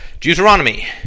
Deuteronomy